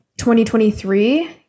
2023